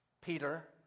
Peter